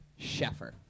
Sheffer